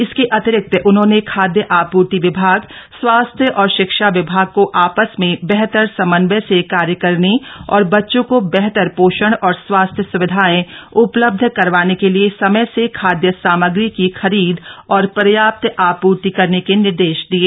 इसके अतिरिक्त उन्होंने खाद्य आपूर्ति विभाग स्वास्थ्य और शिक्षा विभाग को आपस में बेहतर समन्वय से कार्य करने और बच्चों को बेहतर पोषण और स्वास्थ्य सुविधाएं उपलब्ध करवाने के लिए समय से खाद्य सामग्री की खरीद और पर्याप्त आपूर्ति करने के निर्देश दिये